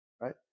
right